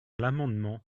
l’amendement